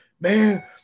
man